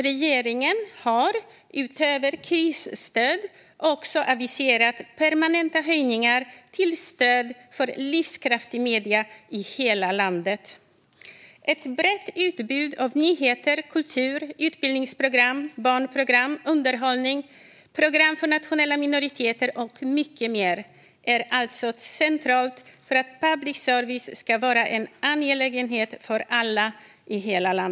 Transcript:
Regeringen har utöver krisstöd aviserat permanenta höjningar till stöd för livskraftiga medier i hela landet. Ett brett utbud av nyheter, kultur, utbildningsprogram, barnprogram, underhållning, program för nationella minoriteter och mycket mer är alltså centralt för att public service ska vara en angelägenhet för alla i hela landet.